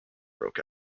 broke